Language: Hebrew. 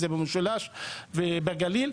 גם במשולש ובגליל.